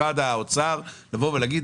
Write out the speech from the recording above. למשרד האוצר לבוא ולהגיד,